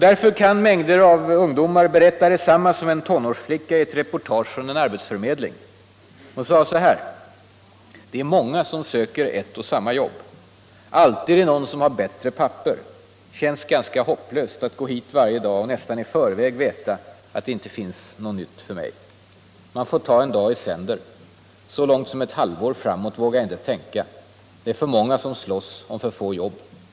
Därför kan mängder av ungdomar berätta detsamma som en tonårsflicka i ett reportage från en arbetsförmedling: ”Det är många som söker ett och samma jobb. Alltid är det någon som har bättre papper. Det känns ganska hopplöst att gå hit varje dag och nästan i förväg veta att det inte finns något nytt för mig. Man får ta en dag i sänder. Så långt som ett halvår framåt vågar jag inte tänka. Det är många som slåss om för få jobb.